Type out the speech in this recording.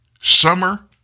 summer